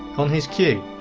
on his cue,